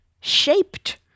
shaped